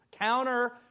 Counter